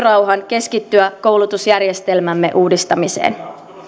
keskittyä koulutusjärjestelmämme uudistamiseen